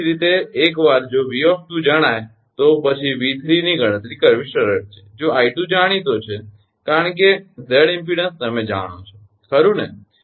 એ જ રીતે એકવાર જો 𝑉 જણાય તો પછી 𝑉 ની ગણતરી કરવી સરળ છે જો 𝐼 જાણીતો છે કારણ કે 𝑍 ઇમપેડન્સ તમે જાણો છે ખરુ ને